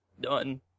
Done